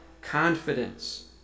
confidence